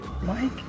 Mike